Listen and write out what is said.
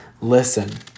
listen